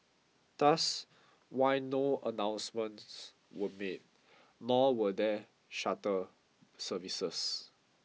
thus why no announcements were made nor were there shutter services